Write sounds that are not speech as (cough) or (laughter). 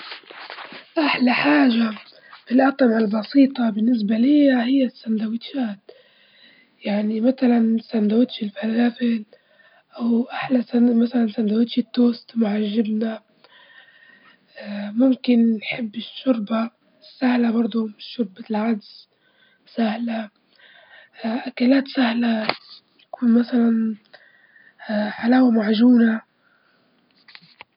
أحلى حاجة في الأطعمة البسيطة بالنسبة ليا هي السندوتشات، يعني مثلًا سندوتش الفلافل أو أحلى س- مثلًا سندوتش التوست مع الجبنة، (hesitation) ممكن نحب الشوربة سهلة بردو شوربة العدس سهلة، أكلات سهلة تكون مثلًا (hesitation) حلاوة معجونة.